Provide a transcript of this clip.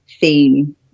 theme